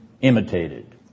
imitated